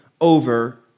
over